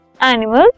animals